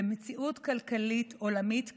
במציאות כלכלית עולמית כאוטית.